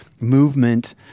movement